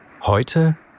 Heute